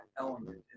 element